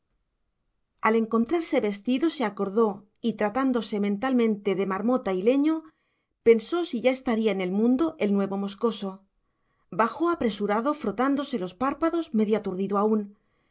al encontrarse vestido se acordó y tratándose mentalmente de marmota y leño pensó si ya estaría en el mundo el nuevo moscoso bajó apresurado frotándose los párpados medio aturdido aún